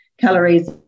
calories